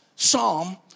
psalm